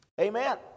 Amen